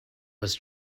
was